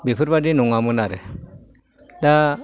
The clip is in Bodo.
बिफोरबायदि नङामोन आरो दा